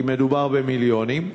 כי מדובר במיליונים,